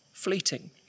fleeting